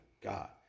God